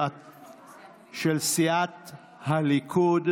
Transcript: של סיעת הליכוד.